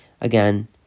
again